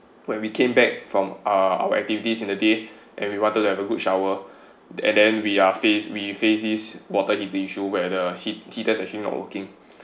when we came back from uh our activities in the day and we wanted to have a good shower and then we are faced we face this water heating issue where the heaters actually not working